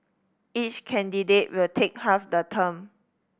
each candidate will take half the term